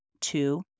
Two